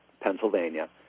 Pennsylvania